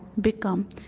become